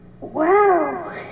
Wow